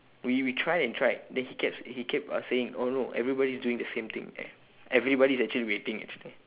we we try and tried then he kept s~ he kept uh saying oh no everybody is doing the same thing eh everybody is waiting actually